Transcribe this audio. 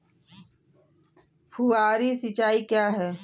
फुहारी सिंचाई क्या है?